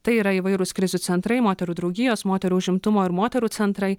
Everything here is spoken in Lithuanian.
tai yra įvairūs krizių centrai moterų draugijos moterų užimtumo ir moterų centrai